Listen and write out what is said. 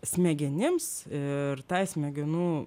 smegenims ir tai smegenų